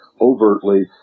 overtly